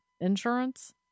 insurance